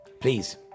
please